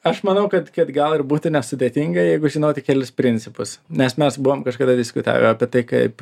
aš manau kad kad gal ir būtų nesudėtinga jeigu žinoti kelis principus nes mes buvom kažkada diskutavę apie tai kaip